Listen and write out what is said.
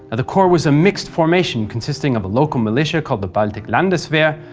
the corps was a mixed formation consisting of a local militia called the baltic landeswehr,